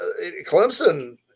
Clemson